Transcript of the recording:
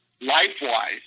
life-wise